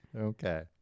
Okay